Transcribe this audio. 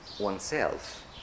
oneself